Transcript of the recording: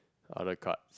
other card